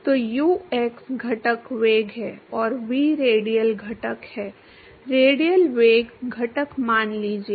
तो U X घटक वेग है और वी रेडियल घटक है रेडियल वेग घटक मान लीजिए